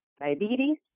diabetes